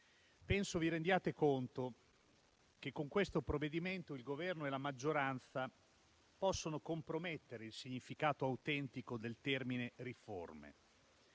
penso vi rendiate conto che, con questo provvedimento, il Governo e la maggioranza possono compromettere il significato autentico del termine riforme.